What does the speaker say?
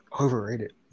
overrated